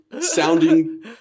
sounding